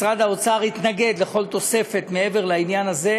משרד האוצר התנגד לכל תוספת מעבר לעניין הזה,